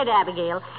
Abigail